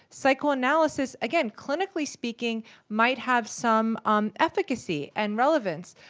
psychoanalysis, again, clinically speaking might have some um efficacy and relevance,